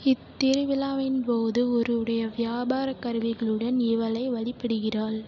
இத்திருவிழாவின் போது ஒருவருடைய வியாபாரக் கருவிகளுடன் இவளை வழிபடுகிறாள்